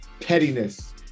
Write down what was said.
pettiness